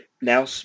now